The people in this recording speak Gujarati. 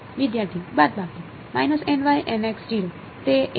વિદ્યાર્થી બાદબાકી